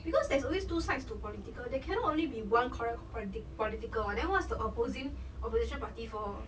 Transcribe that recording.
because there's always two sides to political they cannot only be one correct politic~ political [what] then what's the opposing opposition party for